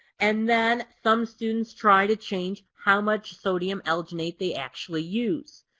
and then some students try to change how much sodium alginate they actually use.